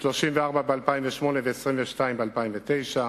34 ב-2008 ו-22 ב-2009.